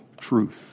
truth